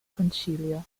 concilio